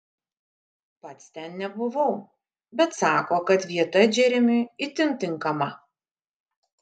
pats ten nebuvau bet sako kad vieta džeremiui itin tinkama